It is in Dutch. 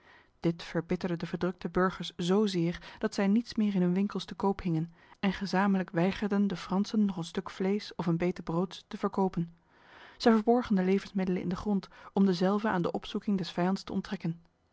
dit verbitterde de verdrukte burgers zozeer dat zij niets meer in hun winkels te koop hingen en gezamenlijk weigerden de fransen nog een stuk vlees of een bete broods te verkopen zij verborgen de levensmiddelen in de grond om dezelve aan de opzoeking des vijands te onttrekken